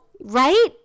Right